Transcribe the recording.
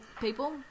people